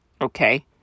okay